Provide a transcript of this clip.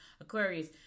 Aquarius